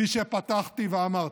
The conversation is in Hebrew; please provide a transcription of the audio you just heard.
כפי שפתחתי ואמרתי,